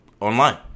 online